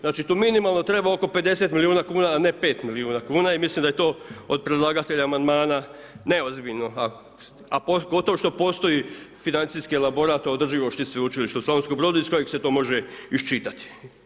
Znači tu minimalno treba oko 50 milijuna kuna, a ne 5 milijuna kuna i mislim da je to od predlagatelja amandmana neozbiljno, a gotovo što postoji financijski elaborat o održivosti Sveučilišta u Slavonskom Brodu iz kojeg se to može isčitati.